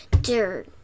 dirt